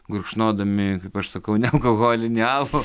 gurkšnodami kaip aš sakau nealkoholinį alų